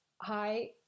hi